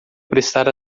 prestar